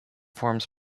forms